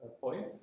point